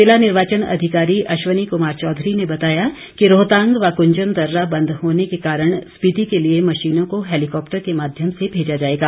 जिला निर्वाचन अधिकारी अश्वनी कुमार चौधरी ने बताया कि रोहतांग व कुंजम दर्रा बंद होने के कारण स्पीति के लिए मशीनों को हेलिकॉप्टर के माध्यम से भेजा जाएगा